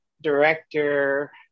director